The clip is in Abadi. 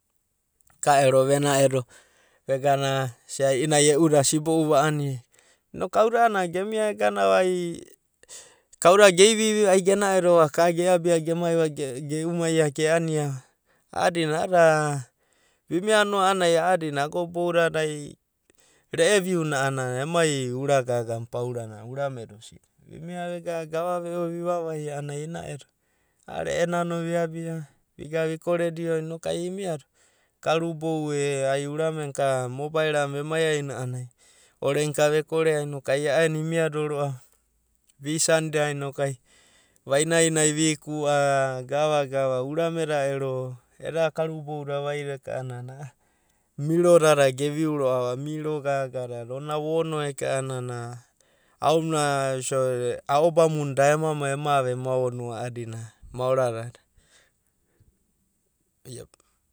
Kaero ve naedo vegana vesia i’idada ai euda sibou va’ani, noku kauda gemia eganava ai kauda gei dada gemiu va ai genaedo va ka ge abia gemai geumaia ge’aniava a’adina, a’adina vimia ano a’anana ai a’adia ago da boudada re’e viuna a’anana emai ura gagana pauranana ureme da osidi. Viuna vegana gava veo vivai a’anana ai noku ai inoedo. Re’e nana viabia iga vikoredio noku ai imiado ikarubou e ai urame naka mobaela vemai aina a’anana orena ka vekorea noku ai a’aenane orena ka vekorea noku ai a’aenana imia do ro’ava, visanda noku ai vainainai vikua, gava gava urame da eda karubou da vaida eka’ananai miro dada geriu roa’va ino gaga dada, ona vo. ono eke’ananai aouiel isai ao’bamuna da ema- mai ema ono o a’adina maora da.